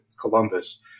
Columbus